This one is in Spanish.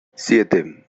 siete